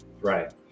right